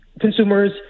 consumers